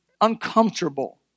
uncomfortable